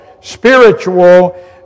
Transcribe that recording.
spiritual